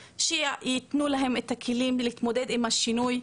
שייתנו להם את הכלים להתמודד עם השינוי.